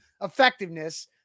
effectiveness